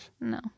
No